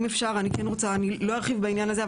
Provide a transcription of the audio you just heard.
אם אפשר אני כן רוצה אני לא ארחיב בעניין הזה,